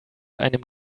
einem